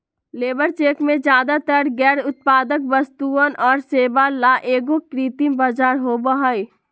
labour check में ज्यादातर गैर उत्पादक वस्तुअन और सेवा ला एगो कृत्रिम बाजार होबा हई